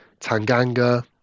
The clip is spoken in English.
Tanganga